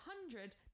hundred